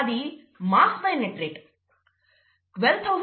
అది mass by net rate Mass Net rate